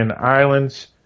Islands